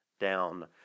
down